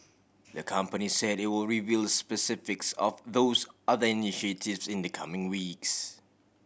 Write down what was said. the company said they were reveal specifics of those other initiatives in the coming weeks